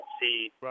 see